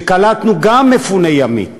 וקלטנו גם מפוני ימית